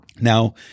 Now